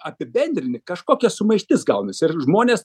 apibendrini kažkokia sumaištis gaunasi ir žmonės